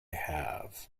have